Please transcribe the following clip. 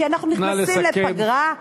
כי אנחנו נכנסים לפגרה,